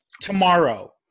tomorrow